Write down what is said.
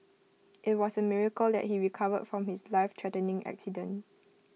IT was A miracle that he recovered from his lifethreatening accident